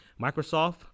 Microsoft